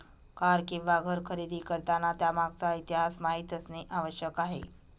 car किंवा घर खरेदी करताना त्यामागचा इतिहास माहित असणे आवश्यक आहे